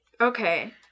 Okay